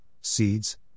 seeds